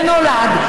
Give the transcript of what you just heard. ונולד,